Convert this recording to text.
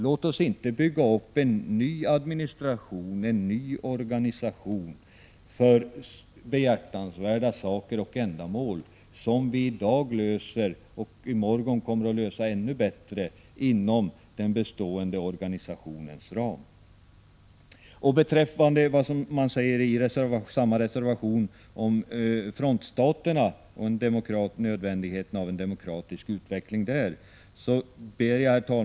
Låt oss inte bygga upp en ny administration för behjärtansvärda ändamål, som vi i dag klarar och i morgon kommer att klara ännu bättre inom den bestående organisationens ram. I samma reservation talas om nödvändigheten av en demokratisk utveckling i frontstaterna.